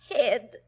head